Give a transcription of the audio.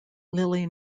lilly